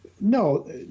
No